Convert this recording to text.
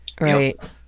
right